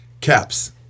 caps